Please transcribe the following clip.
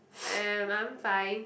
eh I'm fine